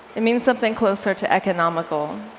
it means something closer to economical,